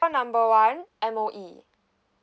call number one M_O_E